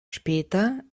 später